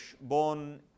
born